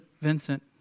Vincent